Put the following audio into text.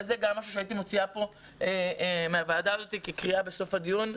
אז זה עוד משהו שאני הייתי מציעה לוועדה להוציא כקריאה בסוף הדיון.